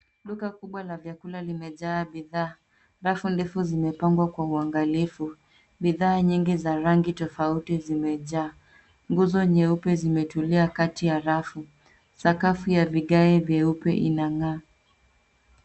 Duka kubwa la vyakula limejaa bidhaa. Rafu ndefu zimepangwa kwa uangalifu. Bidhaa nyingi za rangi tofauti zimejaa. Nguzo nyeupe zimetulia kati ya rafu. Sakafu ya vigae vyeupe inang'aa.